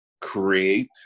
create